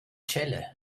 celle